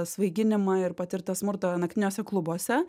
svaiginimą ir patirtą smurtą naktiniuose klubuose